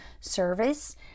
service